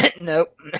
Nope